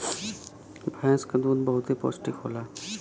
भैंस क दूध बहुते पौष्टिक होला